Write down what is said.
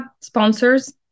Sponsors